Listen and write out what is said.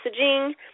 messaging